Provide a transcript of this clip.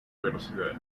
velocidad